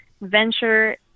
venture